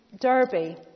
Derby